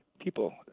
people